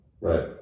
Right